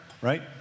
right